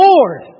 Lord